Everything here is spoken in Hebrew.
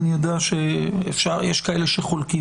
אני יודע שיש כאלה שחולקים,